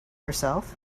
herself